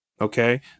okay